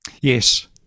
Yes